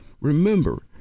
remember